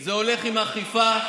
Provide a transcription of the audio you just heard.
זה הולך עם אכיפה.